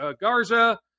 Garza